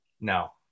No